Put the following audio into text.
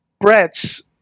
Brett's